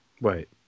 Wait